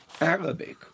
Arabic